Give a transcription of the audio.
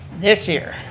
this year,